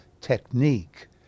technique